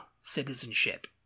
citizenship